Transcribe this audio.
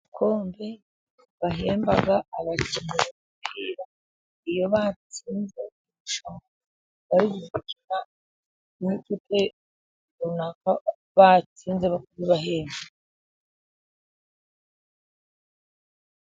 Ibikombe bahemba abakinnyi iyo batsinze amarushanwa bari gukina n'ikipe runaka bayitsinze, barabibahemba.